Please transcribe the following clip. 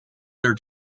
their